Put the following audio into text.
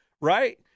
right